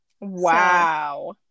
wow